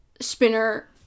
Spinner